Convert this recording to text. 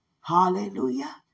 Hallelujah